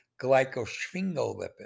glycosphingolipid